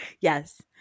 Yes